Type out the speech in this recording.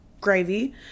gravy